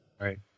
Right